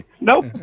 nope